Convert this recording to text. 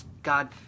God